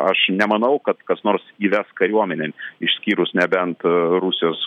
aš nemanau kad kas nors įves kariuomenę išskyrus nebent rusijos